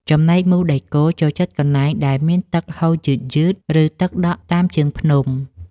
ចំណែកមូសដែកគោលចូលចិត្តកន្លែងដែលមានទឹកហូរយឺតៗ ឬទឹកដក់តាមជើងភ្នំ។